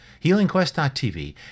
HealingQuest.tv